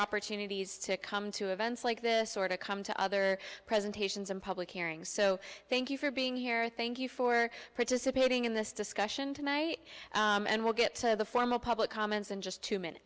opportunities to come to events like this or to come to other presentations in public hearing so thank you for being here thank you for participating in this discussion tonight and we'll get to the formal public comments in just two m